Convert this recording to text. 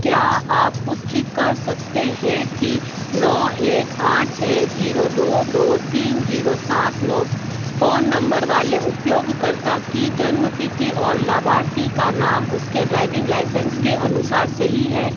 क्या आप पुष्टि कर सकते हैं कि नौ एक आठ छः ज़ीरो दो दो तीन ज़ीरो सात नौ फ़ोन नम्बर वाले उपयोगकर्ता की जन्म तिथि और लाभार्थी का नाम उसके ड्राइविंग लाइसेंस के अनुसार सही है